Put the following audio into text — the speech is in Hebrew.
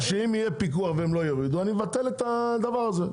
שאם יהיה פיקוח והם לא יורידו אז נבטל את הדבר הזה.